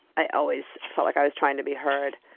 i always felt like i was trying to be heard,